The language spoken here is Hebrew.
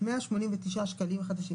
189 שקלים חדשים,